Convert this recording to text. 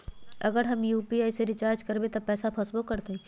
अगर हम यू.पी.आई से रिचार्ज करबै त पैसा फसबो करतई?